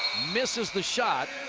misses the shot.